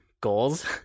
goals